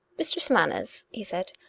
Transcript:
mistress manners, he said,